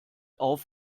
auf